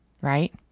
Right